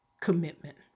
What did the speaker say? commitment